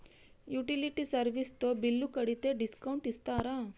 Utility service తో bill కడితే discount ఇస్తరా?